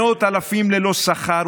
מאות אלפים ללא שכר,